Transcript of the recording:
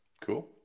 Cool